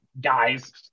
guys